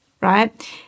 right